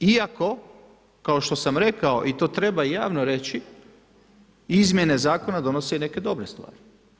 Iako, kao što sam rekao i to treba javno reći, izmjene Zakona donose i neke dobre stvari.